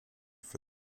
for